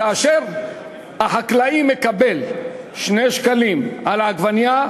כאשר החקלאי מקבל 2 שקלים על העגבנייה,